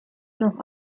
noch